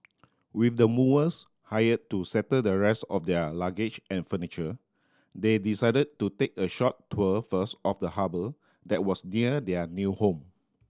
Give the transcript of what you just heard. with the movers hire to settle the rest of their luggage and furniture they decided to take a short tour first of the harbour that was near their new home